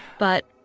but,